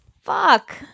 fuck